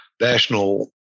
National